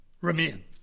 remain